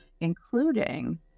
including